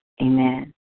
Amen